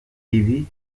ibi